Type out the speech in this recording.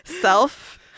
Self